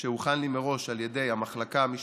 שהוכן לי מראש על ידי המחלקה המשפטית,